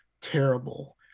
terrible